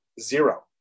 Zero